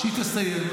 כשהיא תסיים.